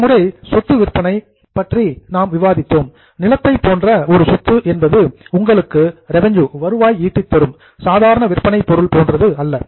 சென்ற முறை சொத்து விற்பனை பற்றி நாம் விவாதித்தோம் நிலத்தை போன்ற ஒரு சொத்து என்பது உங்களுக்கு ரெவின்யூ வருவாய் ஈட்டித்தரும் சாதாரண விற்பனைப் பொருள் போன்றது அல்ல